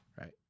right